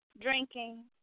drinking